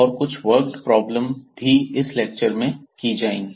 और कुछ worked problem भी इस लेक्चर में की जाएंगी